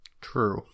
True